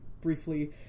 briefly